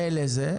מילא זה.